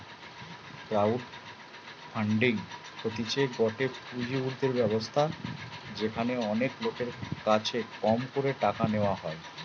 crowd funding হতিছে গটে পুঁজি উর্ধের ব্যবস্থা যেখানে অনেক লোকের কাছে কম করে টাকা নেওয়া হয়